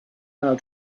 how